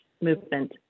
movement